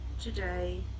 today